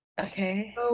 Okay